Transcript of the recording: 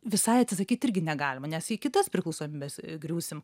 visai atsisakyt irgi negalima nes į kitas priklausomybes griūsim